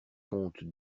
comte